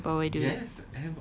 that's not a superpower dude